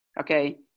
Okay